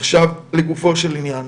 לגופו של עניין.